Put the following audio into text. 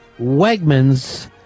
Wegmans